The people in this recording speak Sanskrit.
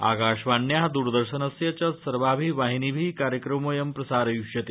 आकाशवाण्या दूरदर्शनस्य च सर्वाभि वाहिनिभि कार्यक्रमोऽयं प्रसारयिष्यते